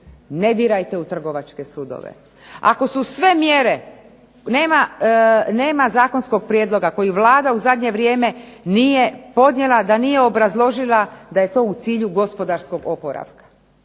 ne dirajte u trgovačke sudove. Ako su sve mjere, nema zakonskog prijedloga koji Vlada u zadnje vrijeme nije podnijela da nije obrazložila da je to u cilju gospodarskog oporavka.